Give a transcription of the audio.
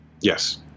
yes